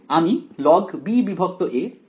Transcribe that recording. আমি logba log পেয়েছি